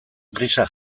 grisa